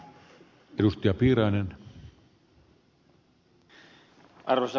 arvoisa puhemies